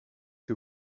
que